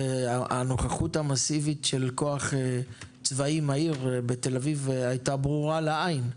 והנוכחות המאסיבית של כוח צבאי מהיר בתל אביב הייתה ברורה לעין.